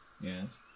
Yes